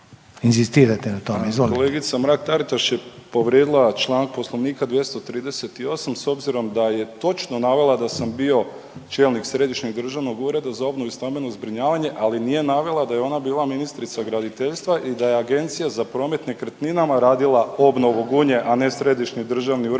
Kolegica Mrak-Taritaš je povrijedila čl. Poslovnika 238 s obzirom da je točno navela da sam bio čelnik Središnjeg državnog ureda za obnovu i stambeno zbrinjavanje, ali nije navela da je ona bila ministrica graditeljstva i da je Agencija za promet nekretninama radila obnovu Gunje, a ne Središnji državni ured